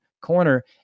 corner